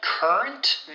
Current